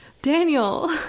Daniel